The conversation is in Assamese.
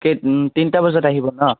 অঁ কেই তিনিটা বজাত আহিব ন